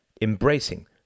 embracing